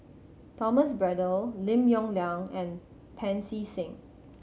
Thomas Braddell Lim Yong Liang and Pancy Seng